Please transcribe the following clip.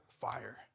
fire